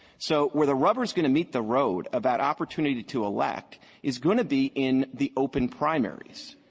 so where the rubber is going to meet the road about opportunity to to elect is going to be in the open primaries.